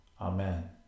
Amen